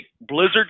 blizzard